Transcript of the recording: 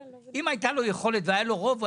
אם היתה לו היכולת והיה לו רוב,